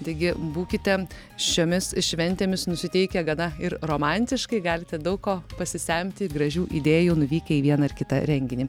taigi būkite šiomis šventėmis nusiteikę gana ir romantiškai galite daug ko pasisemti gražių idėjų nuvykę į vieną ar kitą renginį